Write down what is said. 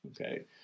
okay